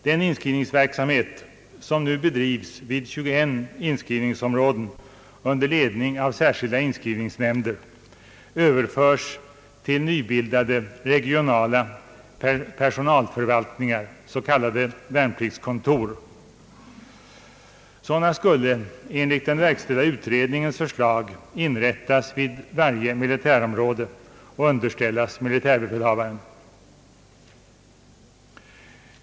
Den inskrivningsverksamhet som nu bedrivs vid 21 inskrivningsområden under ledning av särskilda inskrivningsnämnder överförs till nybildade regionala personalförvaltningar, s.k. värnpliktskontor. Sådana skulle enligt den verkställda utredningens förslag inrättas inom varje militärområde och underställas militärbefälhavaren.